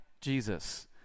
Jesus